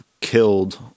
killed